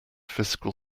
fiscal